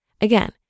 Again